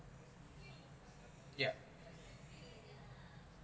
yeah